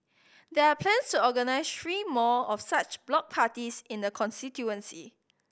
there are plans to organise three more of such block parties in the constituency